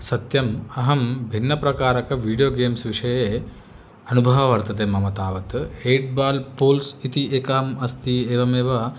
सत्यम् अहं भिन्नप्रकारक विडियो गेम्स् विषये अनुभवः वर्तते मम तावत् ऐट् बाल् पोल्स् इति एकाम् अस्ति एवमेव